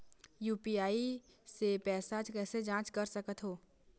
UPI से पैसा कैसे जाँच कर सकत हो?